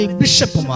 bishop